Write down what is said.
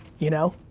you know?